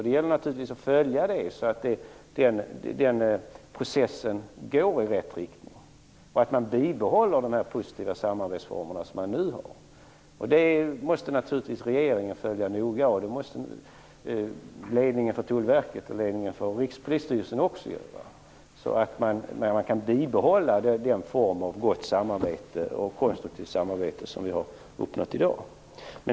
Det gäller naturligtvis att följa det så att den processen går i rätt riktning och så att man bibehåller de positiva samarbetsformer som man har nu. Det måste regeringen naturligtvis noga följa. Också ledningen för Tullverket och Rikspolisstyrelsen måste göra det. Det gäller ju att bibehålla den form av gott och konstruktivt samarbete som nu uppnåtts.